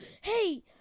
hey